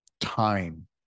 time